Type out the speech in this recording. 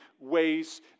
ways